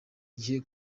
gihe